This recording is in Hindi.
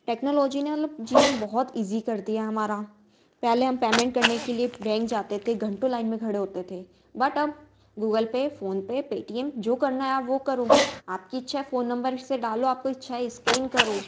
टेक्नोलॉजी ने मतलब जीवन बहुत इजी कर दिया हमारा पहले हम पमेंट करने के लिए बैंक जाते थे घंटों लाइन में खड़े होते थे बट अब गूगल पे फोनपे पेटीएम जो करना है आप वह करो आपकी इच्छा है फोन नम्बर से डालो आपकी इच्छा स्केन करो